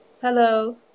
Hello